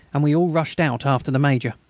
and we all rushed out after the major.